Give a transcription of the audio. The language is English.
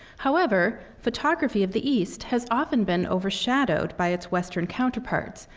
however, photography of the east has often been overshadowed by its western counterparts.